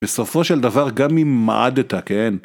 בסופו של דבר גם אם מעדת, כן?